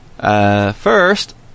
First